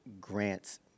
grants